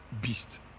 beast